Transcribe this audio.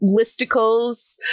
listicles